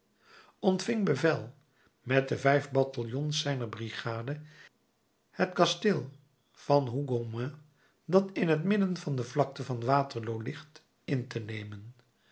ontving bevel met de vijf bataljons zijner brigade het kasteel van hougoment dat in het midden van de vlakte van waterloo ligt in te nemen